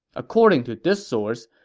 according to this source,